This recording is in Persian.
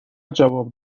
جواب